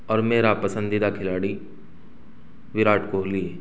اور میرا پسندیدہ کھلاڑی وراٹ کوہلی ہے